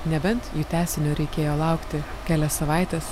nebent jų tęsinio reikėjo laukti kelias savaites